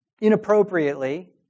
inappropriately